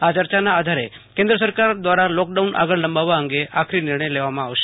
આ ચર્ચાના આધારે કેન્દ્ર સરકાર દ્વારા લોકડાઉન આગળ લંબાવવા અંગે આખરી નિર્ણય લેવામાં આવશે